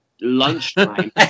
Lunchtime